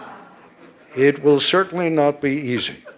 it will, certainly, not be easy.